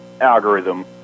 algorithm